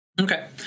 Okay